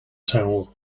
towel